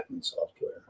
software